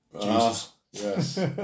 Yes